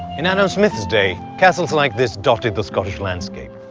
in adam smith's day, castles like this dotted the scottish landscape.